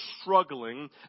struggling